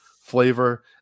flavor